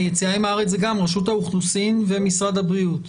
היציאה מהארץ זה גם רשות האוכלוסין ומשרד הבריאות.